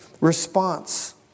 response